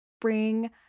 bring